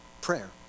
Prayer